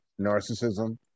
narcissism